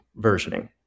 versioning